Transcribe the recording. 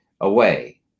away